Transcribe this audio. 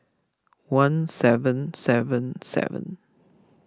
one seven seven seven